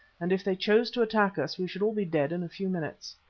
and if they chose to attack us we should all be dead in a few minutes.